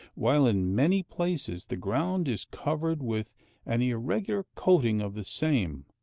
while in many places the ground is covered with an irregular coating of the same,